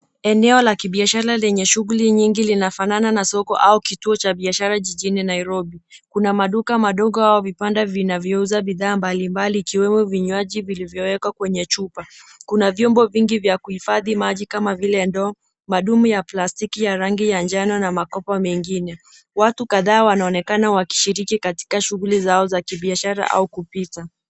Eneo la kibiashara lenye shuguli nyingi linafanana na soko au kituo cha biashara jijini Nairobi. Kuna maduka madogo au vibanda vinavyouza bidhaa mbalimbali ikiwemo vinywaji vilivyowekwa kwenye chupa. Kuna vyombo vingi vya kuifadhi maji kama vile ndoo, madumu ya plastiki ya rangi ya njano na makopa mengine. Watu kadhaa wanaonekana wakishiriki katika shughuli zao za kibiashara au kupita.